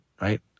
right